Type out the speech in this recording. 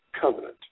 covenant